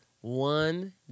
One